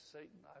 Satan